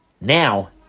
now